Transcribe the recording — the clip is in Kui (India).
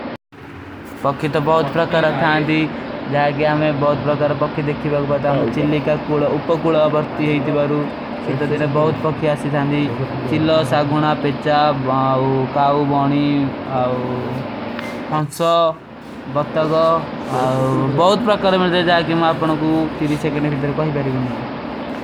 ପକଖୀ ତୋ ବହୁତ ପ୍ରକର ଥାଂଦୀ, ଜାଏଗେ ଆମେଂ ବହୁତ ପ୍ରକର ପକଖୀ ଦେଖୀ ବଗବାତା ହମାରେ ଚିଲୀ କା ଉପକୁଲା ବରତୀ ହୈ ଇତି ବାରୂ।